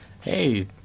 hey